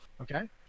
Okay